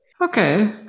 Okay